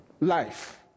life